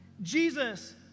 Jesus